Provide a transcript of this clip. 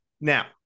now